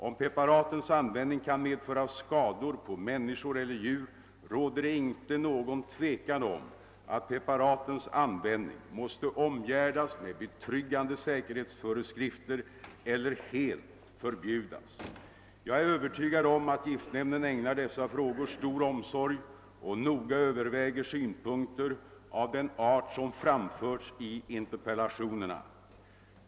Om preparatens användning kan medföra skador på människor eller djur, råder det inte någon tvekan om att preparatens användning måste omgärdas med betryggande säkerhetsföreskrifter eller helt förbjudas. Jag är övertygad om att giftnämnden ägnar dessa frågor stor omsorg och noga överväger synpunkter av den art som framförts i interpellationerna.